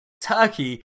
turkey